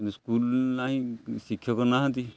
school ନାହିଁ ଶିକ୍ଷକ ନାହାନ୍ତି